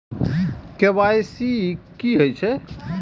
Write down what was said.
KYC की हे छे?